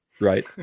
right